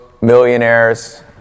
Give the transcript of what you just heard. millionaires